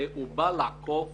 בא לעקוף